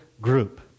group